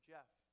Jeff